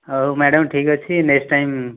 ହେଉ ମ୍ୟାଡ଼ମ ଠିକ ଅଛି ନେକ୍ସଟ ଟାଇମ୍